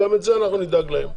גם לזה נדאג להם,